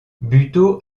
buteau